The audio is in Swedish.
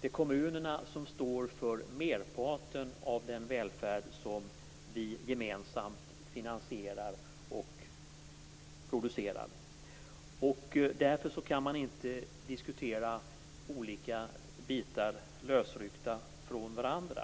Det är kommunerna som står för merparten av den välfärd som vi gemensamt finansierar och producerar. Därför kan man inte diskutera olika bitar lösryckta från varandra.